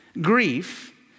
grief